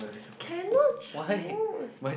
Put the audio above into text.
cannot choose